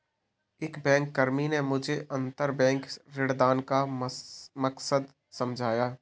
एक बैंककर्मी ने मुझे अंतरबैंक ऋणदान का मकसद समझाया